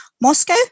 Moscow